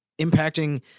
impacting